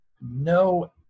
no